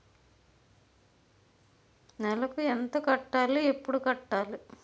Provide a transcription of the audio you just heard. నెలకు ఎంత కట్టాలి? ఎప్పుడు కట్టాలి?